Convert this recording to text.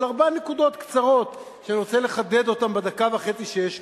על ארבע נקודות קצרות שאני רוצה לחדד אותן בדקה וחצי שיש לי: